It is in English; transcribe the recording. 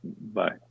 Bye